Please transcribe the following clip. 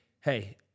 hey